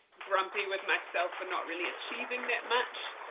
grumpy with myself for not really achieving that much.